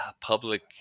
public